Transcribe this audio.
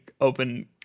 open